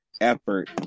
effort